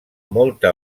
molta